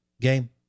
game